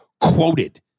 quoted